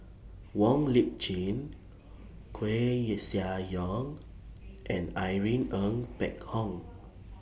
Wong Lip Chin Koeh Sia Yong and Irene Ng Phek Hoong